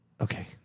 Okay